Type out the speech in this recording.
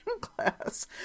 class